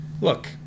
Look